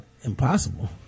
impossible